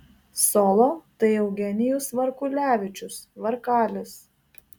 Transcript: solo tai eugenijus varkulevičius varkalis